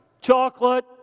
chocolate